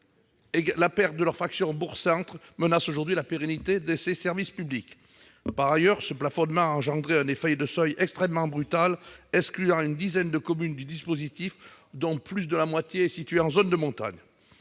La perte de leur fraction bourg-centre menace aujourd'hui la pérennité des services publics de proximité qu'elles doivent assurer. Par ailleurs, ce plafonnement a entraîné un effet de seuil extrêmement brutal, excluant une dizaine de communes du dispositif, dont plus de la moitié est située en zone de montagne.